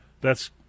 thats